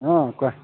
অঁ কোৱা